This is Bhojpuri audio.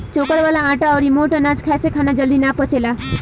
चोकर वाला आटा अउरी मोट अनाज खाए से खाना जल्दी ना पचेला